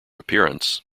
appearance